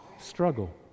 struggle